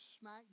smack